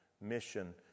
mission